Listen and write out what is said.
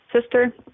sister